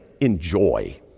enjoy